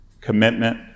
commitment